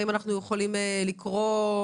האם אנחנו יכולים לקרוא,